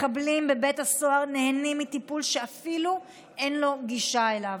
מחבלים בבית הסוהר נהנים מטיפול שאפילו לו אין גישה אליו.